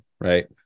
right